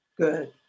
Good